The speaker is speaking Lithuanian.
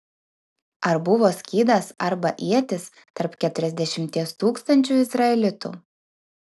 ar buvo skydas arba ietis tarp keturiasdešimties tūkstančių izraelitų